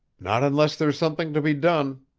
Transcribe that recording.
not unless there's something to be done,